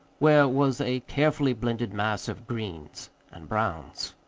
where was a carefully blended mass of greens and browns.